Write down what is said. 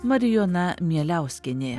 marijona mieliauskienė